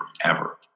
forever